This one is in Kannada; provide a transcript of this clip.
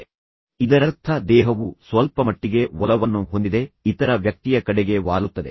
ಆದ್ದರಿಂದ ಇದರರ್ಥ ದೇಹವು ಸ್ವಲ್ಪಮಟ್ಟಿಗೆ ಒಲವನ್ನು ಹೊಂದಿದೆ ಇತರ ವ್ಯಕ್ತಿಯ ಕಡೆಗೆ ವಾಲುತ್ತದೆ